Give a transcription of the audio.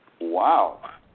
Wow